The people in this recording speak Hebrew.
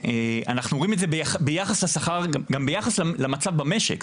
אנחנו רואים את זה ביחס השכר, גם ביחס למצב במשק.